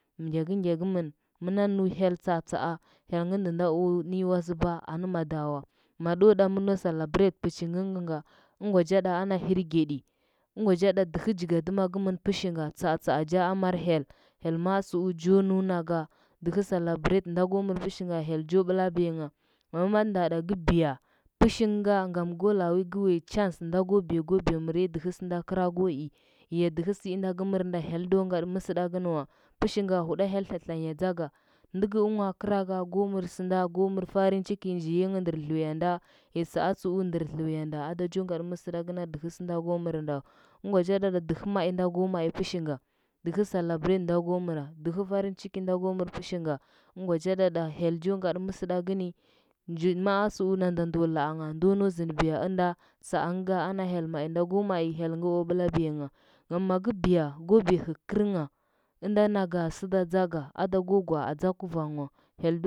Ngyagɚngya gɚmɚn mɚna nɚu hyel dzaadzaa. Hyelngɚ ndɚnda o nɚnyi wazɚba celebrae pɚchi ngɚngɚnga chaɗa ana hirgeɗi ɚngwa jaɗa dɚhɚ jigadɚma gɚmɚn tsaatsaa ja amar hyel hyel maa dzu jo nɚunaga dɚhɚ celebrate nda ko mɚr pɚshɚnga hyel jo blabiyangha amma maɗɚ ndaɗa gɚ biya pɚshinnga ngam go la wi go uya chance nda go biya go biya mɚrɚya dɚhɚ sɚnda grago i, ya dɚhɚ sɚunda gɚ mɚrnda hyel da ngaɗɚ mɚsɚɗagɚ nɚ wa pashinga huɗa hyel tlatlanyi tsaga. Ndɚgɚ ɚwa graga ko mɚrsɚndo go mɚr farinciki nji yiyanghɚ nɚɚr dluya nda ya ja tsu ndɚr dluyanda ada jo ngadɚ mɚsɚdagɚ na dɚhɚ sɚnda ga mɚr nda wa. ɚngwa ja ɗa dɚhɚ mai nda ko ai pɚshinga, dɚhɚ celebrate nda go mɚra, dɚhɚ farinciki nda o mɚr pɚshinga ɚngwa da ɗa hyel jo ugatɚ mɚsɚɗagɚ ni, nji maa tsu nanda ndo laangha ndo nau zɚndɚbiya ɚna tsanga na hyel mai na go mai hyelngɚ o blabyanghar ngam magɚ biya hɚgɚrngha ɚnda sɚda kurang wa hyel.